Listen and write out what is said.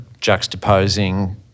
juxtaposing